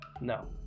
No